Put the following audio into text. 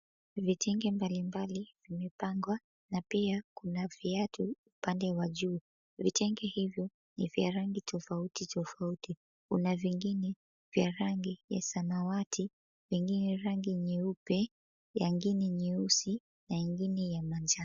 Vitenge mbalimbali vimepangwa na pia kuna viatu upande wa juu. Vitenge hivyo ni vya rangi tofauti tofauti. Kuna vingine vya rangi ya samawati, vingine rangi nyeupe, na ingine nyeusi na ingine ya manjano.